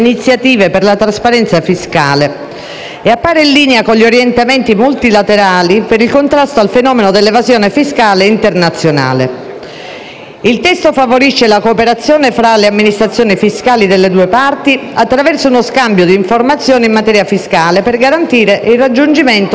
e appare in linea con gli orientamenti multilaterali per il contrasto al fenomeno dell'evasione fiscale internazionale. Il testo favorisce la cooperazione fra le amministrazioni fiscali delle due parti attraverso uno scambio di informazioni in materia fiscale, per garantire il raggiungimento di adeguati livelli di trasparenza.